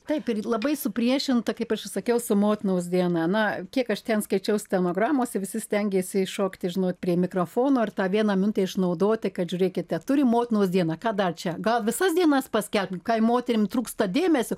taip ir labai supriešinta kaip aš ir sakiau su motinos diena na kiek aš ten skaičiau stenogramose visi stengėsi iššokti žinot prie mikrofono ir tą vieną minutę išnaudoti kad žiūrėkite turim motinos dieną ką dar čia gal visas dienas paskelbkim ką jum moterim trūksta dėmesio